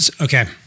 Okay